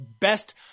best